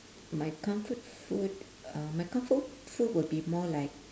my comfort food uh my comfort food will be more like